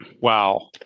Wow